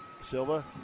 Silva